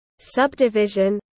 subdivision